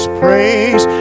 praise